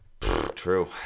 True